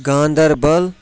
Ganderbal